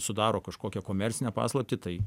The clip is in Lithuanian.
sudaro kažkokią komercinę paslaptį tai